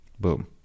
Boom